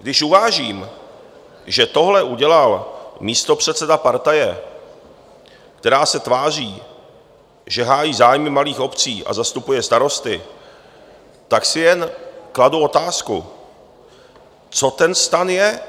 Když uvážím, že tohle udělal místopředseda partaje, která se tváří, že hájí zájmy malých obcí a zastupuje starosty, tak si jen kladu otázku: Co ten STAN je?